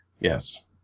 Yes